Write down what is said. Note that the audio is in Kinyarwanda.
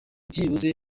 byibuze